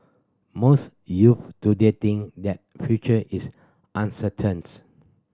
most youth today think that future is uncertain